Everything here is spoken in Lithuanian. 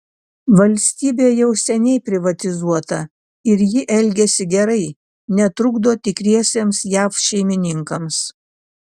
valstybė jau seniai privatizuota ir ji elgiasi gerai netrukdo tikriesiems jav šeimininkams